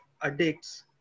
addicts